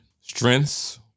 strengths